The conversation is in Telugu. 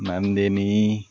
నందిని